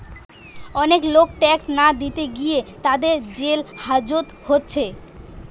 অনেক লোক ট্যাক্স না দিতে গিয়ে তাদের জেল হাজত হচ্ছে